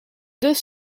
deux